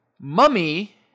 Mummy